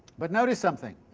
but notice something